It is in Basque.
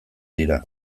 dira